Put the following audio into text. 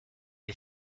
est